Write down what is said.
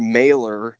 mailer